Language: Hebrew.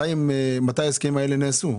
מתי ההסכמים האלה נעשו?